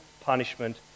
punishment